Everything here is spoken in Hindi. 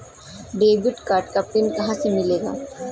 डेबिट कार्ड का पिन कहां से मिलेगा?